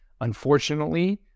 Unfortunately